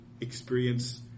experience